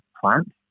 plant